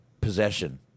possession